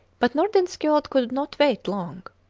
but nordenskiold could not wait long.